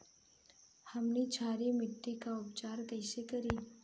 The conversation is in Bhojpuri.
हमनी क्षारीय मिट्टी क उपचार कइसे करी?